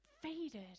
faded